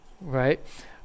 right